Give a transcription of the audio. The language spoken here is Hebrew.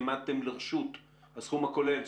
הסכום הכולל,